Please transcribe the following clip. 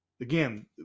Again